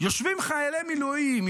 יושבים חיילי מילואים,